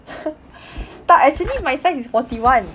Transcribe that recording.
tak actually my size is forty one